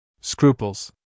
Scruples